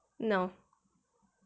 no